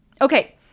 Okay